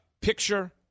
picture